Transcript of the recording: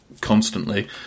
constantly